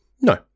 No